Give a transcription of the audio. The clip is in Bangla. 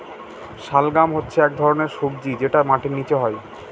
শালগাম হচ্ছে এক ধরনের সবজি যেটা মাটির নীচে হয়